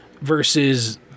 versus